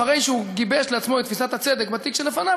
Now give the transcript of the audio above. אחרי שהוא גיבש לעצמו את תפיסת הצדק בתיק שלפניו,